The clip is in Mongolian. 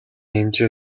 хэмжээ